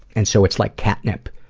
and so it's like catnip,